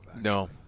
no